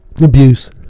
abuse